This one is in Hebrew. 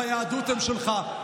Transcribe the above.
והיהדות היא שלך.